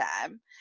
time